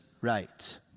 right